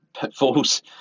pitfalls